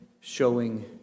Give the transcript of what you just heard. showing